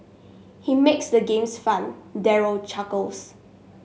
he makes the games fun Daryl chuckles